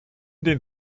den